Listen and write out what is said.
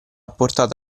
portata